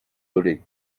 dolez